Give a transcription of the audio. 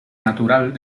natural